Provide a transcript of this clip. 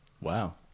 Wow